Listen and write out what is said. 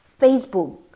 Facebook